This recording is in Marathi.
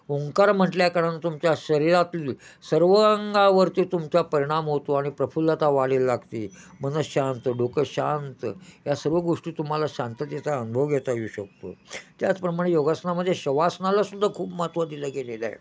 ओंकार म्हटल्याकारण तुमच्या शरीरातली सर्व अंगावरती तुमचा परिणाम होतो आणि प्रफुल्लता वाढीला लागते मन शांत डोकं शांत या सर्व गोष्टी तुम्हाला शांततेचा अनुभव घेता येऊ शकतो त्याचप्रमाणे योगासनामध्ये शवासनाला सुद्धा खूप महत्त्व दिलं गेलेलं आहे